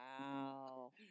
Wow